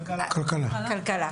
כלכלה.